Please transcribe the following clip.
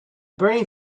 burning